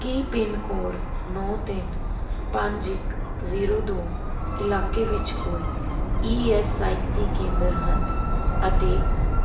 ਕੀ pin code ਨੌਂ ਤਿੰਨ ਪੰਜ ਇੱਕ ਜ਼ੀਰੋ ਦੋ ਇਲਾਕੇ ਵਿੱਚ ਕੋਈ ਈ ਐੱਸ ਆਈ ਸੀ ਕੇਂਦਰ ਹਨ ਅਤੇ